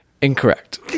Incorrect